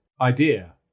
idea